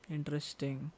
Interesting